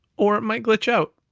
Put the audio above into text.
or it might glitch out,